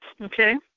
Okay